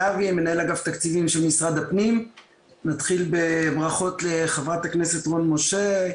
הוועדה, נתחיל בברכות לחברת הכנסת רון משה,